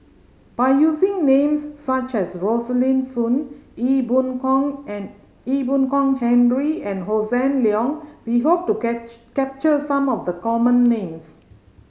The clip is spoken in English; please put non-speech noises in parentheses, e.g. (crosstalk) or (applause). by using names such as Rosaline Soon Ee Boon Kong and Ee Boon Kong Henry and Hossan Leong we hope to (unintelligible) capture some of the common names